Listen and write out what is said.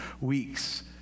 weeks